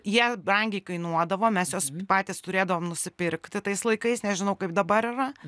jie brangiai kainuodavo mes juos patys turėdavom nusipirkti tais laikais nežinau kaip dabar yra